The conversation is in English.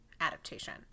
adaptation